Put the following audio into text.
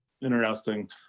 Interesting